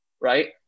right